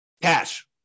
Cash